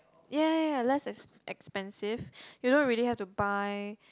ya ya ya less less expensive you don't really have to buy